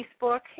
Facebook